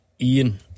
Ian